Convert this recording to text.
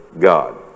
God